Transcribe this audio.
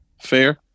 fair